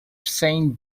saint